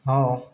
हो